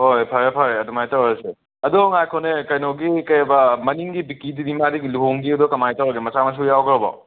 ꯍꯣꯏ ꯍꯣꯏ ꯐꯔꯦ ꯐꯔꯦ ꯑꯗꯨꯃꯥꯏꯅ ꯇꯧꯔꯁꯤ ꯑꯗꯣ ꯉꯥꯏꯈꯣꯅꯦ ꯀꯩꯅꯣꯒꯤ ꯀꯩ ꯍꯥꯏꯕ ꯃꯅꯤꯡꯒꯤ ꯕꯤꯛꯀꯤꯗꯨꯗꯤ ꯃꯥꯗꯤ ꯂꯨꯍꯣꯡꯒꯤꯕꯗꯨꯗꯤ ꯀꯃꯥꯏ ꯇꯧꯔꯒꯦ ꯃꯆꯥ ꯃꯁꯨ ꯌꯥꯎꯒ꯭ꯔꯕꯣ